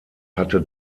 hatte